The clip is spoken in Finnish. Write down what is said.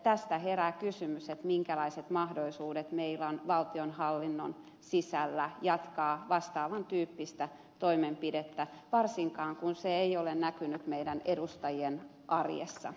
tästä herää kysymys minkälaiset mahdollisuudet meillä on valtionhallinnon sisällä jatkaa vastaavan tyyppistä toimenpidettä varsinkin kun se ei ole näkynyt meidän edustajien arjessa